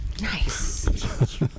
Nice